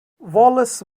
wallace